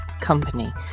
company